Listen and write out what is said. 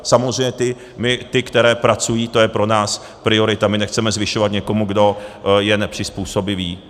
Samozřejmě ty, které pracují, jsou pro nás priorita, my nechceme zvyšovat někomu, kdo je nepřizpůsobivý.